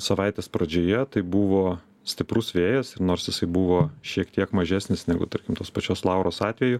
savaitės pradžioje tai buvo stiprus vėjas ir nors jisai buvo šiek tiek mažesnis negu tarkim tos pačios lauros atveju